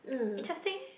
interesting